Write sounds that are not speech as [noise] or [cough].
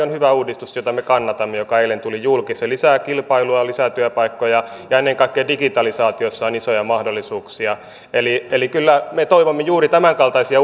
on hyvä uudistus jota me kannatamme se lisää kilpailua lisää työpaikkoja ja ennen kaikkea digitalisaatiossa on isoja mahdollisuuksia eli eli kyllä me toivomme hallitukselta juuri tämänkaltaisia [unintelligible]